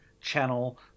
Channel